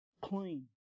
clean